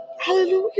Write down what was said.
hallelujah